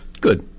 Good